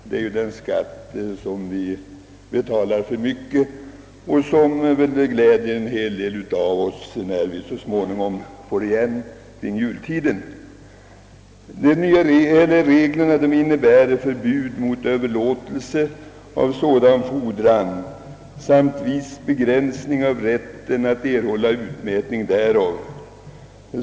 Det är den preliminärskatt som vi betalar för mycket och som väl glädjer en hel del av oss när vi så småningom får igen den vid jultiden. De föreslagna nya reglerna innebär förbud mot överlåtelse av sådan fordran samt vissa begränsningar av rätten att erhålla utmätning därav.